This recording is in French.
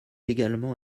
également